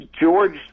George